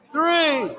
Three